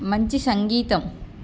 మంచి సంగీతం